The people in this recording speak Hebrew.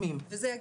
כי הן גם